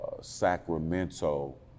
Sacramento